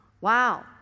wow